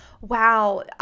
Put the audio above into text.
wow